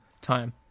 time